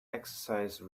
exercise